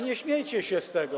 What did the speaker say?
Nie śmiejcie się z tego.